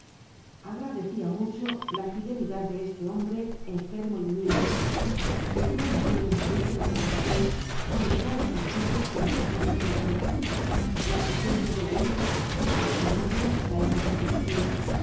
agradecía mucho la fidelidad de este hombre enfermo y humilde le conmovió el interés de la pobre mujer que miraba el castillo como si fuese propio la presencia de la hija trajo á su memoria la imagen de chichi